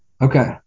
Okay